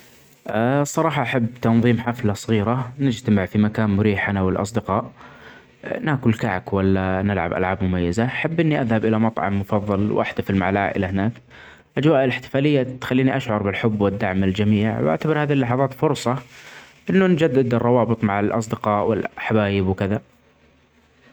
أ صراحة أحب تنظيم حفلة صغيرة ،نجتمع في مكان مريح أنا والأصدقاء. ناكل كهك ولا نلعب ألعاب مميزة ،أحب إني أذهب إلي مطعم مفظل وأحتفل مع العائلة هناك ، الأجواء الإحتفالية تخليني أشعر بالحب والدعم من الجميع. وأعتبر هذه اللحظات فرصة أنه نجدد الروابط مع الأصدقاء والحبايب وكذا.